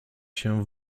się